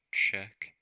check